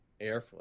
airflow